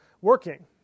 working